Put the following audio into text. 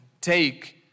take